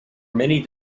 many